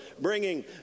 bringing